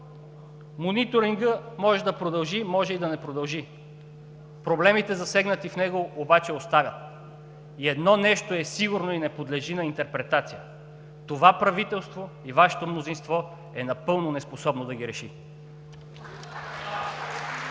Мониторингът може да продължи, може и да не продължи. Проблемите, засегнати в него, обаче остават! И едно нещо е сигурно и не подлежи на интерпретация – това правителство и Вашето мнозинство е напълно неспособно да ги реши!